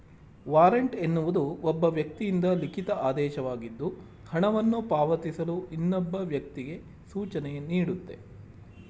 warrant ಎನ್ನುವುದು ಒಬ್ಬ ವ್ಯಕ್ತಿಯಿಂದ ಲಿಖಿತ ಆದೇಶವಾಗಿದ್ದು ಹಣವನ್ನು ಪಾವತಿಸಲು ಇನ್ನೊಬ್ಬ ವ್ಯಕ್ತಿಗೆ ಸೂಚನೆನೀಡುತ್ತೆ